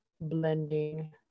blending